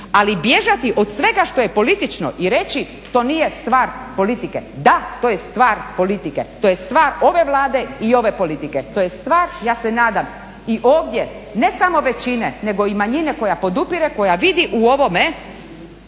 Ali bježati od svega što je politično i reći to nije stvar politike. Da, to je stvar politike, to je stvar ove Vlade i ove politike. To je stvar ja se nadam i ovdje ne samo većine nego i manjine koja podupire, koja vidi u ovome